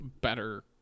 better